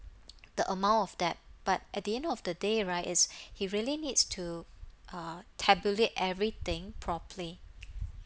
the amount of debt but at the end of the day right is he really needs to uh tabulate everything properly